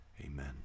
Amen